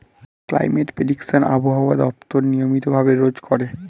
climate prediction আবহাওয়া দপ্তর নিয়মিত ভাবে রোজ করে